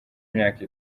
imyaka